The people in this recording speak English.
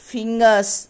Fingers